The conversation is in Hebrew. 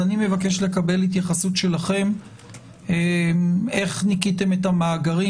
אז אני מבקש לקבל התייחסות שלכם איך ניקיתם את המאגרים